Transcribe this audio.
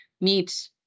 meet